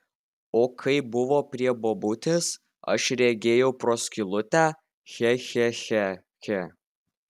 o kaip buvo prie bobutės aš regėjau pro skylutę che che che che